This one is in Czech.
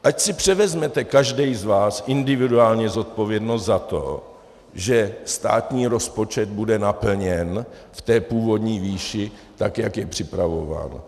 Ať si převezme každý z vás individuálně zodpovědnost za to, že státní rozpočet bude naplněn v té původní výši, tak jak je připravován.